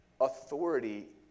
authority